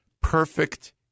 perfect